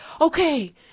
okay